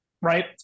right